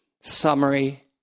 summary